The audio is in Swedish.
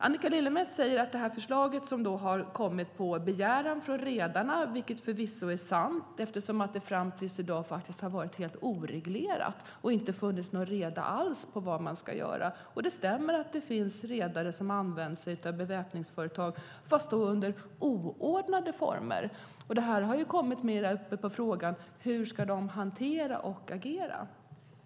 Annika Lillemets säger att förslaget har kommit på begäran från redarna, vilket förvisso är sant. Fram till i dag har det varit helt oreglerat. Det har inte funnits någon reda alls på vad man ska göra. Det stämmer att det finns redare som använt sig av beväpnade vakter från bevakningsföretag, men då under oordnade former. Det här har kommit som ett svar på frågan hur de ska hantera och agera.